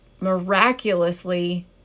miraculously